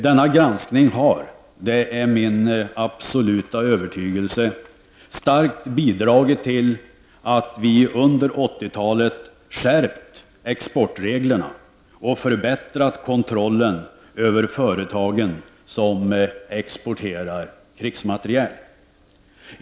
Denna granskning har, det är min absoluta övertygelse, starkt bidragit till att vi under 80-talet skärpt exportreglerna och förbättrat kontrollen över de företag som exporterar krigsmateriel.